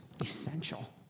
essential